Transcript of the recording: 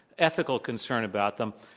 ethical concern about them,